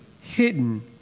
hidden